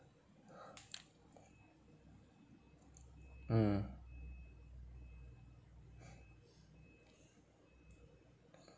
mm